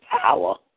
power